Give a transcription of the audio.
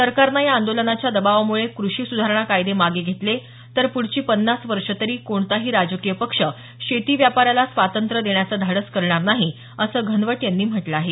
सरकारनं या आंदोलनाच्या दबावामुळे कृषी सुधारणा कायदे मागे घेतले तर पुढची पन्नास वर्ष तरी कोणताही राजकीय पक्ष शेती व्यापाराला स्वातंत्र्य देण्याचं धाडस करणार नाही असं घनवट यांनी म्हटलं आहे